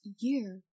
year